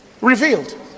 revealed